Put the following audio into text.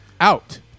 Out